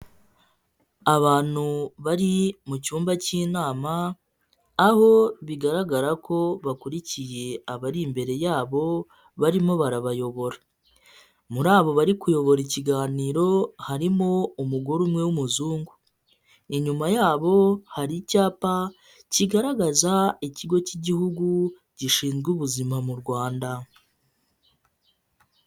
Abantu bari mu cyumba cy'inama aho bigaragara ko bakurikiye abari imbere yabo barimo barabayobora. Muri abo bari kuyobora ikiganiro harimo umugore umwe w'umuzungu. Inyuma yabo hari icyapa kigaragaza ikigo cy'igihugu gishinzwe ubuzima mu Rwanda.